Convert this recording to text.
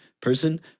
person